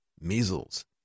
measles